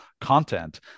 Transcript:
content